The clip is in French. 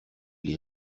les